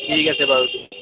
ঠিক আছে বাৰু